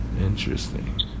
interesting